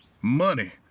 money